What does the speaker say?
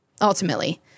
Ultimately